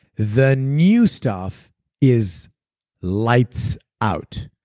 the new stuff is lights out.